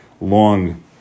long